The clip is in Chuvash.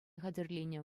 хатӗрленӗ